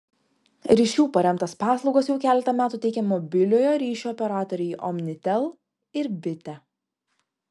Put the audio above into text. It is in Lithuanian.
ryšiu paremtas paslaugas jau keletą metų teikia mobiliojo ryšio operatoriai omnitel ir bitė